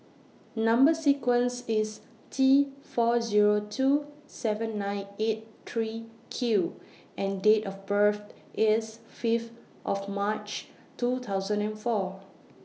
Number sequence IS T four Zero two seven nine eight three Q and Date of birth IS five of March two thousand and four